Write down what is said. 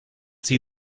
see